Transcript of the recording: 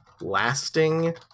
lasting